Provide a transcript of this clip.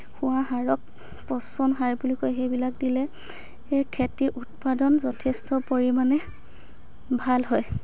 হোৱা সাৰক পচন সাৰ বুলি কোৱা হয় সেইবিলাক দিলে খেতিৰ উৎপাদন যথেষ্ট পৰিমাণে ভাল হয়